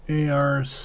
ARC